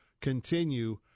continue